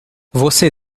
você